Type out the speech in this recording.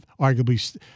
arguably –